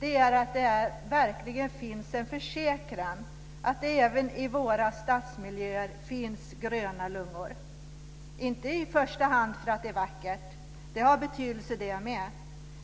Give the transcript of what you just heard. är att det verkligen finns en försäkran om att det även i våra stadsmiljöer finns gröna lungor - inte i första hand för att det är vackert. Det har betydelse, det med.